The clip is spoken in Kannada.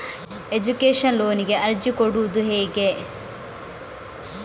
ಎಜುಕೇಶನ್ ಲೋನಿಗೆ ಅರ್ಜಿ ಕೊಡೂದು ಹೇಗೆ?